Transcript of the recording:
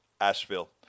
Asheville